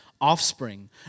offspring